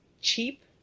cheap